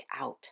out